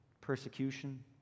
persecution